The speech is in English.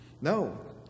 No